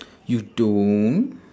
you don't